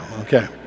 okay